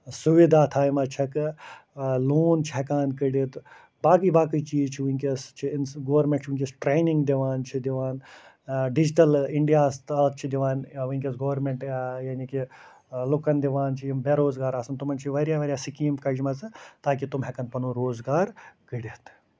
سُوِدا تھاومَژٕ چھَکہٕ لون چھُ ہٮ۪کان کٔڑِتھ باقٕے باقٕے چیٖز چھِ وٕنۍکٮ۪س چھِ أمِس گورمٮ۪نٛٹ چھِ وٕنۍکٮ۪س ٹرٛینِنٛگ دِوان چھُ دِوان ڈِجِٹل اِنڈیاہَس تحت چھِ دِوان وٕنۍکٮ۪س گوٚرمٮ۪نٹ یعنی کہِ لُکَن دِوان چھِ یِم بے روزگار آسن تِمَن چھِ واریاہ واریاہ سِکیٖم کَجمَژٕ تاکہِ تِم ہٮ۪کن پَنُن روزگار کٔڑِتھ